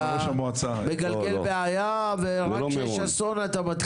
אתה מגלגל בעיה ורק כשיש אסון אתה מתחיל.